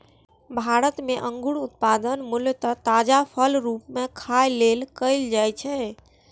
भारत मे अंगूरक उत्पादन मूलतः ताजा फलक रूप मे खाय लेल कैल जाइ छै